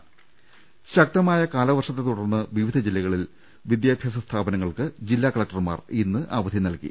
് ശക്തമായ കാലവർഷത്തെത്തുടർന്ന് വിവിധ ജില്ലകളിൽ വിദ്യാ ഭ്യാസ സ്ഥാപനങ്ങൾക്ക് ജില്ലാ കലക്ടർമാർ ഇന്ന് അവധി നൽകി